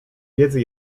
wiedzy